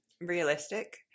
realistic